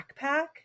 backpack